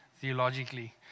theologically